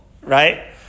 right